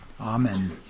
Amen